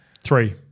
Three